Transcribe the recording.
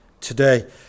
today